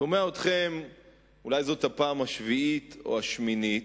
שומע אתכם אולי זאת הפעם השביעית או השמינית,